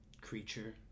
creature